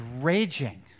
raging